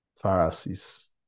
Pharisees